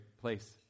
place